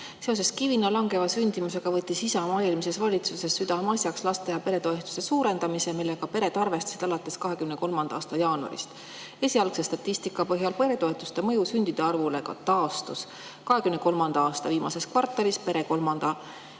Seoses kivina langeva sündimusega võttis Isamaa eelmises valitsuses südameasjaks lapse- ja peretoetuste suurendamise, millega pered arvestasid alates 2023. aasta jaanuarist. Esialgse statistika põhjal peretoetuste mõju sündide arvule ka taastus. 2023. aasta viimases kvartalis pere kolmandana